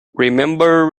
remember